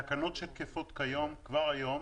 בתקנות שתקפות כבר היום